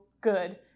good